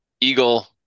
eagle